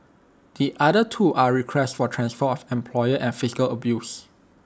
the other two are requests for transfer of employer and physical abuse